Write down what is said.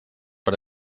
per